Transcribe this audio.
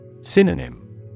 Synonym